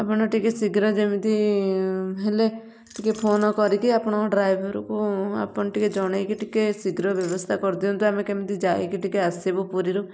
ଆପଣ ଟିକେ ଶୀଘ୍ର ଯେମିତି ହେଲେ ଟିକେ ଫୋନ୍ କରିକି ଆପଣଙ୍କ ଡ୍ରାଇଭରକୁ ଆପଣ ଟିକେ ଜଣାଇକି ଟିକେ ଶୀଘ୍ର ବ୍ୟବସ୍ଥା କରିଦିଅନ୍ତୁ ଆମେ କେମିତି ଯାଇକି ଟିକେ ଆସିବୁ ପୁରୀରୁ